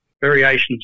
Variations